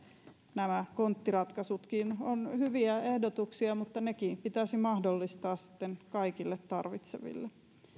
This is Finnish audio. nämä konttiratkaisutkin ovat hyviä ehdotuksia mutta nekin pitäisi mahdollistaa sitten kaikille tarvitseville